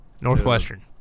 Northwestern